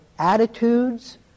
attitudes